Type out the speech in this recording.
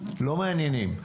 אלא משרדי הממשלה,